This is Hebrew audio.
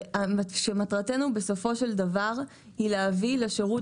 ומטרתנו בסופו של דבר היא להביא לשירות